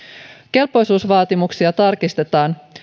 kelpoisuusvaatimuksia tarkistetaan